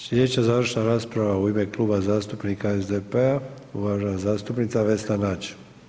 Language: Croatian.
Sljedeća završna rasprava u ime Kluba zastupnika SDP-a uvažena zastupnica Vesna Nađ.